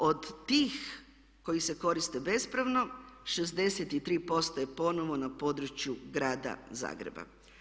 Od tih koji se koriste bespravno 63% je ponovno na području grada Zagreba.